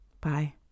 Bye